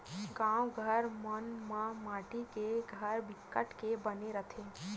गाँव घर मन म माटी के घर बिकट के बने रहिथे